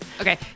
Okay